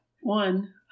One